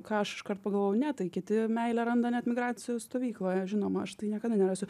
ką aš iškart pagalvojau ne tai kiti meilę randa net migracijų stovykloje žinoma aš niekada nerasiu